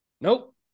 nope